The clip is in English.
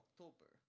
October